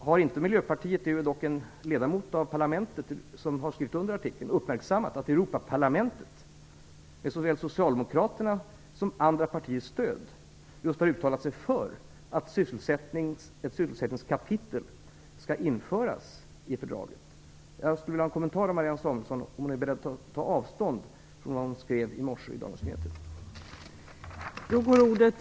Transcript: Har inte Miljöpartiet - det är ju dock en ledamot av parlamentet som har skrivit under artikeln - uppmärksammat att Europaparlamentet med såväl Socialdemokraternas som andra partiers stöd just har uttalat sig för att ett sysselsättningskapitel skall införas i fördraget? Jag skulle vilja ha en kommentar från Marianne Samuelsson. Är hon beredd att ta avstånd från det hon skrev i Dagens Nyheter av i dag?